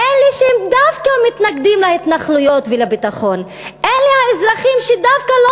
אלה שהם דווקא מתנגדים להתנחלויות ולביטחון אלה האזרחים שדווקא לא